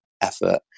effort